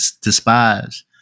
despise